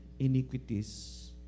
iniquities